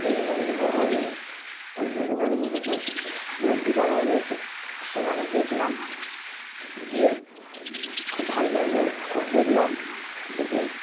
বিভিন্ন বিভিন্ন হরিণ আর বিভিন্ন বিভিন্ন পশু জন্তু জানোয়ার রয়েছে সেখানে গিয়েছিলাম গিয়ে খুব ভালো লাগল সব দেখলাম দেখে